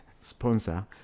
sponsor